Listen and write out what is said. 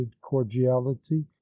cordiality